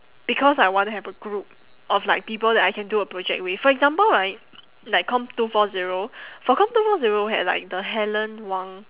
because I want to have a group of like people that I can do a project with for example right like comm two four zero for comm two four zero had like the helen wang